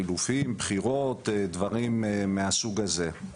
חילופים, בחירות, דברים מהסוג הזה.